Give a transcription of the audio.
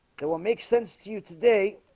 there won't make sense to you today